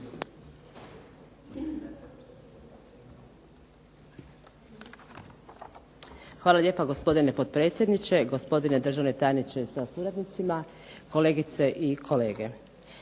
Hvala lijepa gospodine potpredsjedniče, gospodine državni tajniče sa suradnicima, kolegice i kolege.